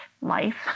life